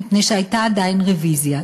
מפני שהייתה עדיין רוויזיה,